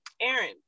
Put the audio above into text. aaron